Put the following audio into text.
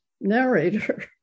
narrator